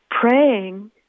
praying